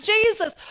Jesus